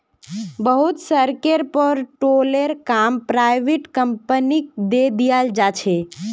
बहुत सड़केर पर टोलेर काम पराइविट कंपनिक दे दियाल जा छे